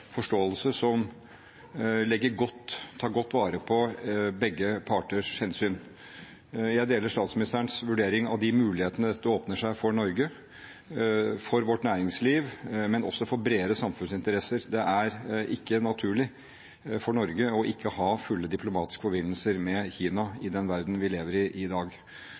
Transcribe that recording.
forståelse som tar godt vare på begge parters hensyn. Jeg deler statsministerens vurdering av de mulighetene dette åpner for Norge, for vårt næringsliv og også for bredere samfunnsinteresser. Det er ikke naturlig for Norge å ikke ha fulle diplomatiske forbindelser med Kina i den verdenen vi lever i i dag.